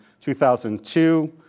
2002